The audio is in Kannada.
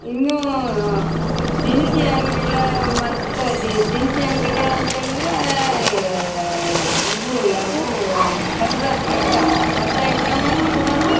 ಇನ್ನು ದಿನಸಿ ಅಂಗಡಿಗಳ ಮತ್ತು ದಿನಸಿ ಅಂಗ್ಡಿಗಳು ಅಂತ್ಹೇಳಿದರೆ ಇವು ಯಾವು ಕರ್ದ ಐಟಮ್ ಕರ್ದ ಐಟಮ್ ಕೂಡ